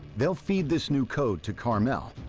they'll feed this new code to carmel,